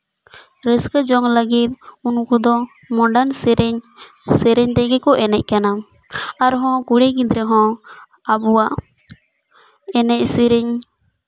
ᱨᱟᱹᱥᱠᱟᱹ ᱡᱚᱝ ᱞᱟᱹᱜᱤᱫ ᱩᱱᱠᱩ ᱫᱚ ᱢᱚᱰᱟᱨᱱ ᱥᱮᱨᱮᱧ ᱥᱮᱨᱮᱧ ᱛᱮᱜᱮ ᱠᱚ ᱮᱱᱮᱡ ᱠᱟᱱᱟ ᱟᱨᱦᱚᱸ ᱠᱩᱲᱤ ᱜᱤᱫᱽᱨᱟᱹ ᱦᱚᱸ ᱟᱵᱚᱣᱟᱜ ᱮᱱᱮᱡ ᱥᱮᱨᱮᱧ